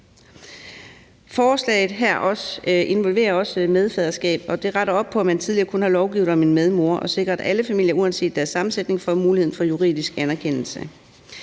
Forslag involverer også medfaderskab, og det retter op på, at man tidligere kun havde lovgivet om en medmor. Det sikrer, at alle familier uanset deres sammensætning får muligheden for juridisk anerkendelse.